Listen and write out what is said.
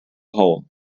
hole